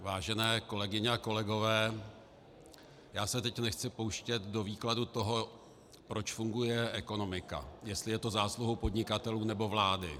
Vážené kolegyně a kolegové, já se teď nechci pouštět do výkladu toho, proč funguje ekonomika, jestli je to zásluhou podnikatelů nebo vlády.